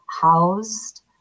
housed